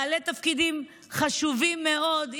בעלי תפקידים חשובים מאוד,